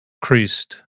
Christ